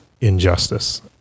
injustice